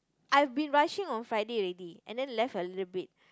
I've been rushing on Friday already and then left a little bit